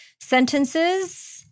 sentences